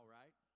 right